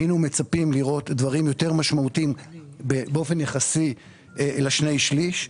היינו מצפים לראות דברים יותר משמעותיים באופן יחסי לשני שליש.